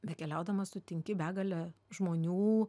bekeliaudamas sutinki begalę žmonių